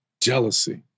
jealousy